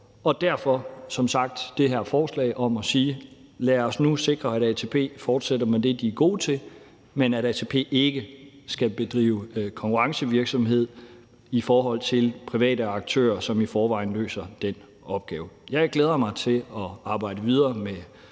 har vi som sagt det her forslag om at sige: Lad os nu sikre, at ATP fortsætter med det, de er gode til, men ATP skal ikke bedrive konkurrencevirksomhed i forhold til private aktører, som i forvejen løser den opgave. Jeg glæder mig til at arbejde videre med